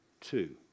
Two